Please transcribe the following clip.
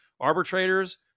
arbitrators